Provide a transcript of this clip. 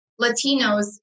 Latinos